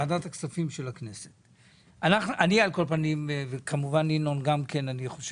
ועדת הכספים של הכנסת, ואנחנו לא נסבול אי צדק.